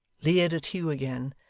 leered at hugh again,